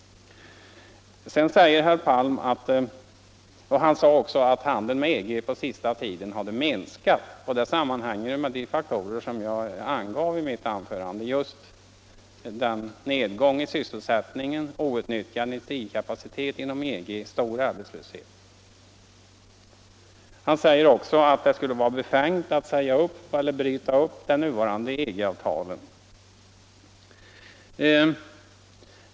Nu sade herr Palm att handeln med EG på den senaste tiden har minskat, och det sammanhänger ju med de faktorer som jag angav i mitt anförande, nämligen nedgång i sys Det skulle vara befängt att bryta upp de nuvarande EG-avtalen, menade Onsdagen den herr Palm sedan.